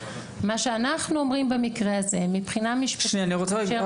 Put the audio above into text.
מה שאנחנו אומרים במקרה הזה מבחינה משפטית -- שנייה אני רק רוצה,